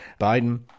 biden